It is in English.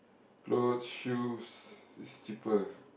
clothes shoes it's cheaper